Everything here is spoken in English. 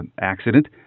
accident